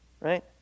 right